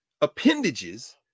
appendages